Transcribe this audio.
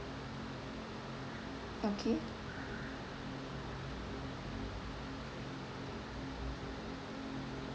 okay